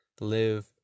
live